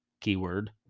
keyword